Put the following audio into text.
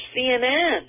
CNN